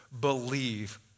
believe